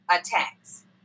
attacks